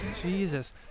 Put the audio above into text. Jesus